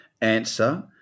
answer